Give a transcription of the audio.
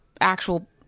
actual